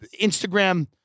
Instagram